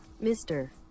mister